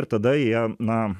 ir tada jie na